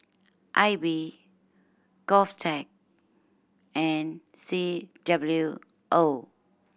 I B GovTech and C W O